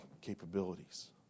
capabilities